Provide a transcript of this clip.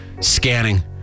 scanning